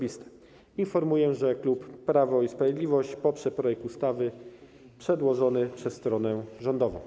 Informuję, że klub Prawo i Sprawiedliwość poprze projekt ustawy przedłożony przez stronę rządową.